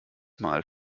mal